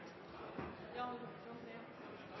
Ja det